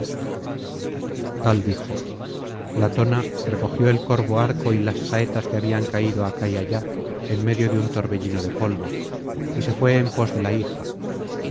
tal dijo latona recogió el corvo arco y las saetas que habían caído acá y allá en medio de un torbellino de polvo y se fué en pos de la hija